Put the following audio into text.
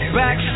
back